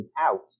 out